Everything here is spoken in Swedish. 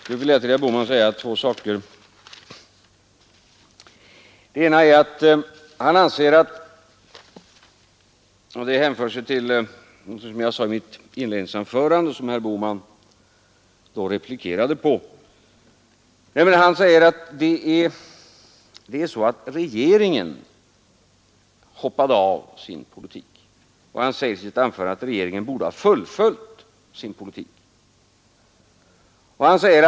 Sedan vill jag säga ytterligare ett par saker till herr Bohman. Den första är att herr Bohman anser — det hänförde sig till vad jag sade i mitt : C borde ha kudnat leda 12 december 1972 till ett svenskt medlemskap med möjligheter för Sverige att behålla sin alliansfria politik, menade herr Bohman.